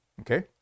okay